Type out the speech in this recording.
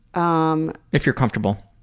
um if you're comfortable.